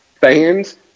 fans